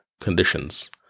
conditions